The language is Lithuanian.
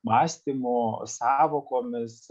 mąstymo sąvokomis